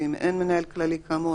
ואם אין מנהל כללי כאמור,